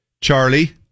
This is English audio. Charlie